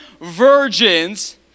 virgins